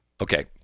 Okay